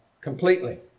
Completely